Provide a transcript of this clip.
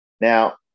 now